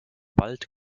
wald